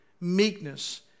meekness